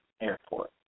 Airport